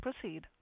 proceed